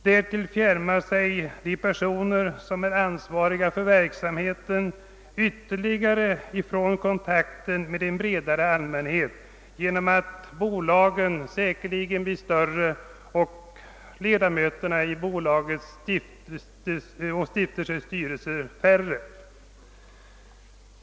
Därtill kommer att de personer, som är ansvariga för verksamheten, ytterligare fjärmas från kontakten med en bredare allmänhet genom att bolagen och stiftelserna blir större och styrelseledamöterna färre.